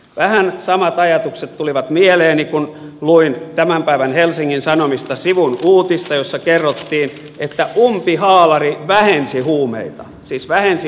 vähän samat ajatukset tulivat mieleeni kun luin tämän päivän helsingin sanomista sivun uutista jossa kerrottiin että umpihaalari vähensi huumeita siis vähensi huumeita vankiloissa